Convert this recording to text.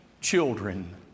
children